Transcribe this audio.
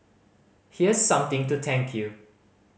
here's something to thank you